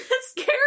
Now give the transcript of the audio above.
scary